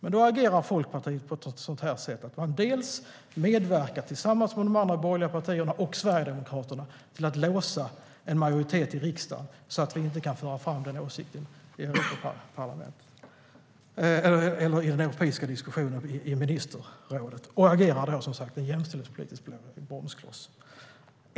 Men Folkpartiet agerar på ett sådant sätt att de tillsammans med de andra borgerliga partierna och Sverigedemokraterna medverkar till att låsa en majoritet i riksdagen, så att vi inte kan föra fram den åsikten i den europeiska diskussionen i ministerrådet. De agerar där som sagt som en jämställdhetspolitisk bromskloss.